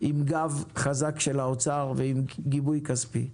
עם גב חזק של האוצר ועם גיבוי כספי,